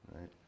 right